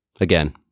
again